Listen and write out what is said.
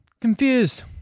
Confused